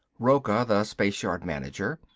rocca, the spaceyard manager,